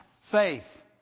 Faith